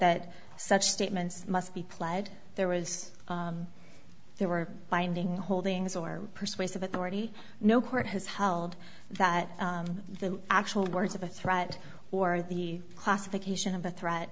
that such statements must be pled there was there were binding holdings or persuasive authority no court has held that the actual words of a threat or the classification of a threat